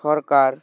সরকার